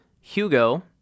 Hugo